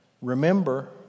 Remember